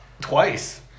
Twice